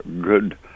good